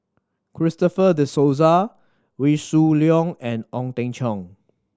Christopher De Souza Wee Shoo Leong and Ong Teng Cheong